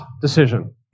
decision